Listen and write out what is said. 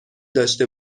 داشته